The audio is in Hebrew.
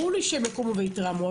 ברור לי שהם יקומו ויתרעמו.